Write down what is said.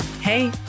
Hey